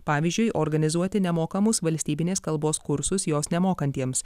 pavyzdžiui organizuoti nemokamus valstybinės kalbos kursus jos nemokantiems